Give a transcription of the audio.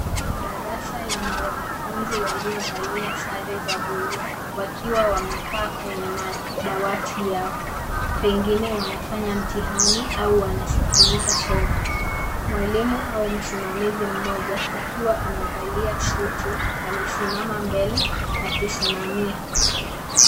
Darasa lenye wanafunzi waliovalia sare za bluu, wakiwa wamekaa kwenye madawati yao. Pengine wanafanya mtihani au wanasikiliza somo. Mwalimu au msimamizi mmoja akiwa amevalia suti, amesimama mbele akisimamia.